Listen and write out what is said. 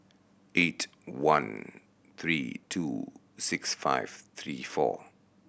eight one three two six five three four